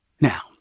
Now